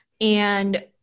And-